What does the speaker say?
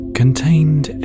contained